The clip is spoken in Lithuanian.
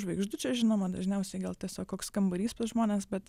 žvaigždučių žinoma dažniausiai gal tiesiog koks kambarys pas žmones bet